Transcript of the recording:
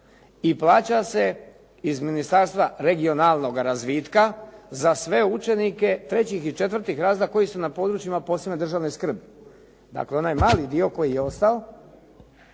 i plaća se iz Ministarstva regionalnoga razvitka za sve učenike trećih i četvrtih razreda koji su na područjima posebne državne skrbi. Dakle, onaj mali dio koji je ostao